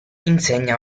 insegna